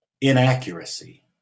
inaccuracy